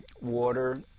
water